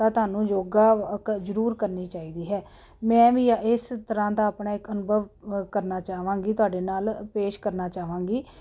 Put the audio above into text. ਤਾਂ ਤੁਹਾਨੂੰ ਯੋਗਾ ਜ਼ਰੂਰ ਕਰਨੀ ਚਾਹੀਦੀ ਹੈ ਮੈਂ ਵੀ ਇਸ ਤਰ੍ਹਾਂ ਦਾ ਆਪਣਾ ਇੱਕ ਅਨੁਭਵ ਕਰਨਾ ਚਾਹਵਾਂਗੀ ਤੁਹਾਡੇ ਨਾਲ ਪੇਸ਼ ਕਰਨਾ ਚਾਹਵਾਂਗੀ